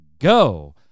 go